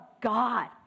God